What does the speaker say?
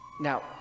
now